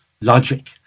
logic